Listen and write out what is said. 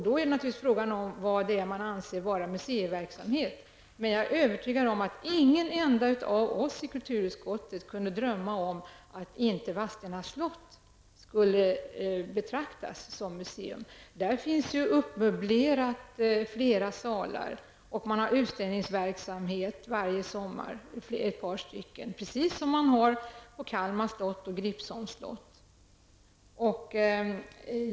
Då är naturligtvis frågan vad man anser vara museiverksamhet. Jag är övertygad om att ingen enda av oss i kulturutskottet kunde drömma om att inte Vadstena slott skulle betraktas som museum. Där finns ju flera salar uppmöblerade, och man har utställningsverksamhet varje sommar -- ett par stycken, precis som man har på Kalmar och Gripsholms slott.